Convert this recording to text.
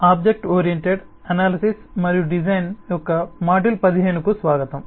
object oriented analysis మరియు design యొక్క module 15 కు స్వాగతం